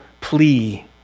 plea